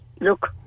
look